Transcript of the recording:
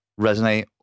resonate